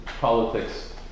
politics